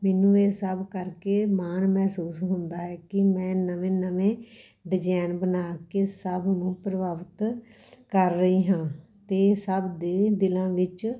ਮੈਨੂੰ ਇਹ ਸਭ ਕਰਕੇ ਮਾਣ ਮਹਿਸੂਸ ਹੁੰਦਾ ਹੈ ਕਿ ਮੈਂ ਨਵੇਂ ਨਵੇਂ ਡਿਜੈਨ ਬਣਾ ਕੇ ਸਭ ਨੂੰ ਪ੍ਰਭਾਵਿਤ ਕਰ ਰਹੀ ਹਾਂ ਅਤੇ ਸਭ ਦੇ ਦਿਲਾਂ ਵਿੱਚ